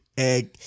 Egg